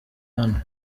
hano